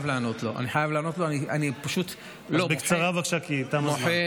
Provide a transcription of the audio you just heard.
חודש להגיד שאתם מעלים את זה